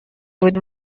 بود